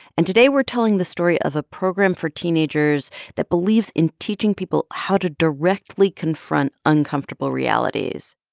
and today we're telling the story of a program for teenagers that believes in teaching people how to directly confront uncomfortable realities.